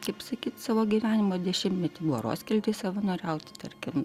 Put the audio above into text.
kaip sakyti savo gyvenimo dešimtmetį buvo roskildėj savanoriauti tarkim